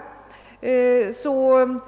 Vi inom utskottsmajoriteten